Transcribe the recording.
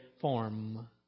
form